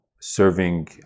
serving